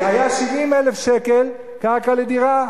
היה 70,000 שקל קרקע לדירה,